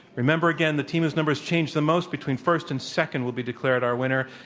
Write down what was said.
remember again, the team whose numbers change the most between first and second will be declared our winner.